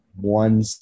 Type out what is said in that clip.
one